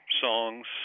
songs